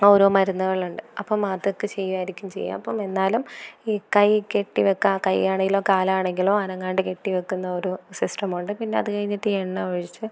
ഓരോ മരുന്നുകളുണ്ട് അപ്പം അതെക്കെ ചെയ്യുവായിരിക്കും ചെയ്യുക അപ്പം എന്നാലും ഈ കൈ കെട്ടി വെക്കാൻ കയ്യാണേലോ കാലാണെങ്കിലോ അനങ്ങാണ്ട് കെട്ടി വെക്കുന്ന ഒരു സിസ്റ്റമുണ്ട് പിന്നത് കഴിഞ്ഞിട്ട് എണ്ണ ഒഴിച്ച്